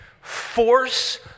force